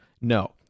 no